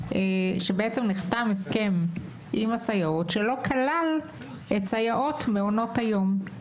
נחתם עם הסייעות הסכם שלא כלל את סייעות מעונות היום.